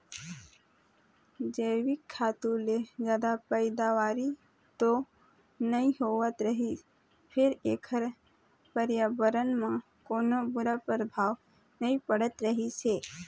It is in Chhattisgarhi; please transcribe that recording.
जइविक खातू ले जादा पइदावारी तो नइ होवत रहिस फेर एखर परयाबरन म कोनो बूरा परभाव नइ पड़त रहिस हे